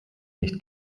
nicht